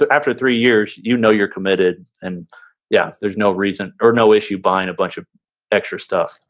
ah after three years, you know you're committed. and yeah, there's no reason or no issue buying a bunch of extra stuff